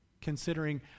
considering